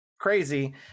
crazy